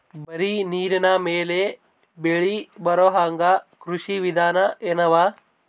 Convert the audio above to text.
ಬರೀ ನೀರಿನ ಮೇಲೆ ಬೆಳಿ ಬರೊಹಂಗ ಕೃಷಿ ವಿಧಾನ ಎನವ?